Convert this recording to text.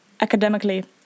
academically